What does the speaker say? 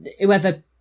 whoever